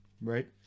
Right